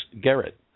Garrett